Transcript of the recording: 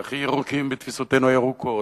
והכי ירוקים בתפיסותינו הירוקות,